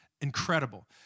incredible